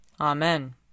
Amen